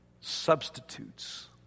Substitutes